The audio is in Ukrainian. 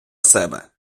себе